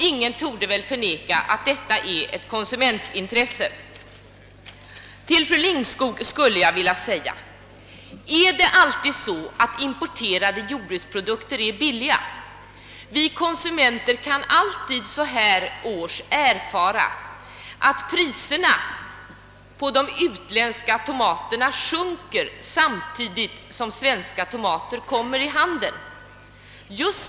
Ingen torde väl förneka att det här gäller ett konsumentintresse. Till fru Lindskog skulle jag vilja säga: Är det alltid så att importerade jordbruksprodukter är billigare? Vi konsumenter får alltid så här års erfara att priserna på de utländska tomaterna sjunker samtidigt som svenska tomater kommer i handeln.